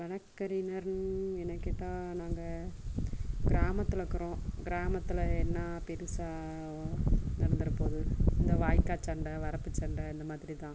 வழக்கறிஞர்னு என்னை கேட்டால் நாங்கள் கிராமத்தில் இருக்கிறோம் கிராமத்தில் என்ன பெருசாக நடந்துறப் போது இந்த வாய்க்கா சண்டை வரப்புச் சண்டை இந்த மாதிரி தான்